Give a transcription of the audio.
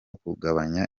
kugabanya